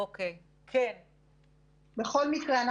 בכל מקרה,